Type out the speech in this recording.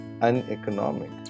uneconomic